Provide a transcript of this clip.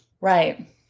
Right